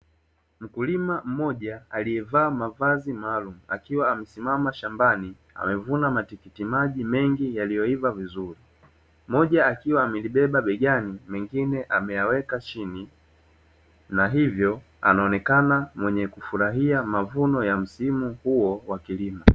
Mkulima mmoja aliyevaa mavazi maalumu akiwa amesimama shambani amevuna matiki maji mengi yaliyoiva vizuri, moja akiwa amelibeba begani mengine ameyaweka chini na hivyo anaonekana mwenye kufurahia mavuno ya msimu huo wa kilimo.